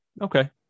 okay